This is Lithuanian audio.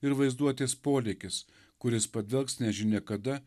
ir vaizduotės polėkis kuris padvelks nežinia kada